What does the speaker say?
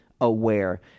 aware